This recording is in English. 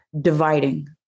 dividing